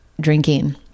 drinking